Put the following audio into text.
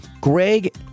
Greg